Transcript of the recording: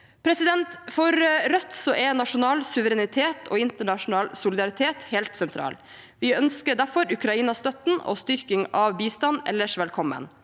invasjonen. For Rødt er nasjonal suverenitet og internasjonal solidaritet helt sentralt. Vi ønsker derfor Ukraina-støtten og styrking av bistanden ellers velkommen.